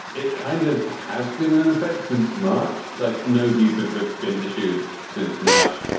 it kind of has been in effect since march. like, no visas have been issued since march.